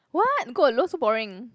!what! go alone so boring